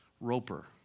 roper